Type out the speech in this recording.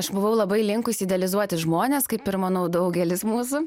aš buvau labai linkusi idealizuoti žmones kaip ir manau daugelis mūsų